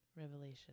revelation